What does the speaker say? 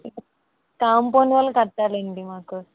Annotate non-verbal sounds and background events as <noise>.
<unintelligible> compound wall కట్టాలండి మాకు